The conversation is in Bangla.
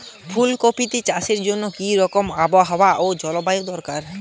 ফুল কপিতে চাষের জন্য কি রকম আবহাওয়া ও জলবায়ু দরকার?